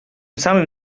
samym